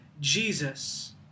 Jesus